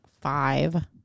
five